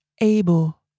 able